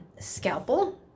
Scalpel